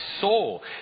soul